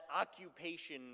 occupation